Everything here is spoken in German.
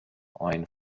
ein